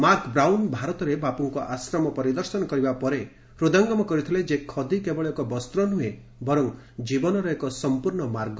ମାକ୍ Brown ଭାରତରେ ବାପୁଙ୍କ ଆଶ୍ରମ ପରିଦର୍ଶନ କରିବା ପରେ ହୃଦଙ୍ଗମ କରିଥିଲେ ଯେ ଖଦୀ କେବଳ ଏକ ବସ୍ତ୍ର ନୁହେଁ ବର୍ଚ ଜୀବନର ଏକ ସମ୍ପୂର୍ଣ୍ଣ ମାର୍ଗ